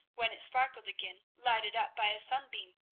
when it sparkled again, lighted up by a sunbeam.